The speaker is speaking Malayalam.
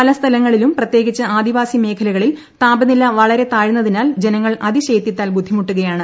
പല സ്ഥലങ്ങളിലും പ്രത്യേകിച്ച് ആദിവാസി മേഖ്ലകളിൽ താപനില വളരെ താഴ്ന്നതിനാൽ ജനങ്ങൾ അതിശൈത്യത്താൽ ബുദ്ധിമുട്ടുകയാണ്